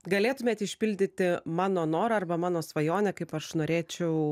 galėtumėt išpildyti mano norą arba mano svajonę kaip aš norėčiau